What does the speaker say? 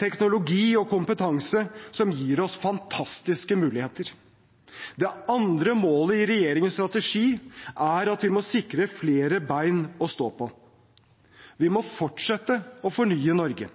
teknologi og kompetanse som gir oss fantastiske muligheter. Det andre målet i regjeringens strategi er at vi må sikre flere ben å stå på. Vi må fortsette å fornye Norge.